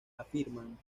afirman